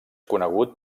conegut